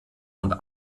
und